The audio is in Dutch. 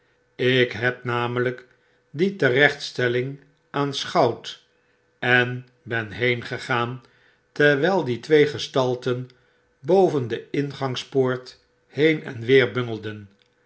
ik heb namelijkdieterechtstellingaanschouwd en ben heengegaan terwyl die twee gestalten boven de ingangspoort heen en weer bungelden